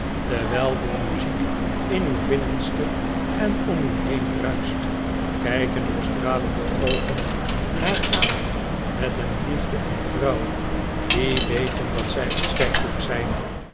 terwijl die muziek in uw binnenste en om u heen ruischt kijken uw stralende oogen haar aan met een liefde en trouw die weten dat zij onsterfelijk zijn